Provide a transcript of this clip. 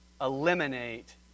eliminate